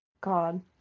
God